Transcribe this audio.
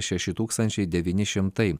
šeši tūkstančiai devyni šimtai